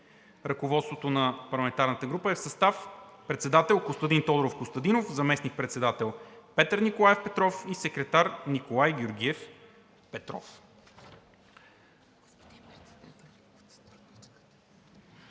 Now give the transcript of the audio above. Ръководството на парламентарната група е в състав: председател – Костадин Тодоров Костадинов; заместник-председател – Петър Николаев Петров, секретар – Николай Георгиев Петров.